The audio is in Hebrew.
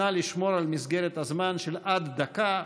נא לשמור על מסגרת הזמן של עד דקה,